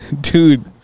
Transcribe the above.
Dude